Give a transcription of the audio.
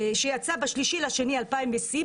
ב-3 לפברואר 2020,